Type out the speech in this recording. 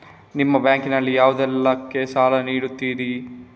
ನಿಮ್ಮ ಬ್ಯಾಂಕ್ ನಲ್ಲಿ ಯಾವುದೇಲ್ಲಕ್ಕೆ ಸಾಲ ನೀಡುತ್ತಿರಿ?